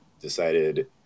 decided